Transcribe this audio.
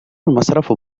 المصرف